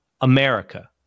America